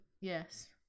yes